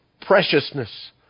preciousness